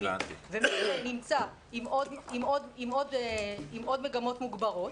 ומי שיש לו עוד מגמות מוגברות,